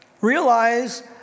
Realize